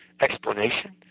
explanation